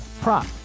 prop